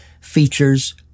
features